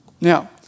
Now